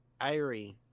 Irie